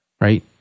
Right